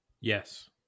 Yes